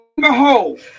behold